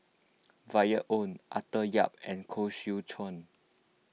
Violet Oon Arthur Yap and Koh Seow Chuan